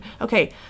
Okay